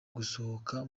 gusohoka